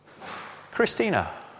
christina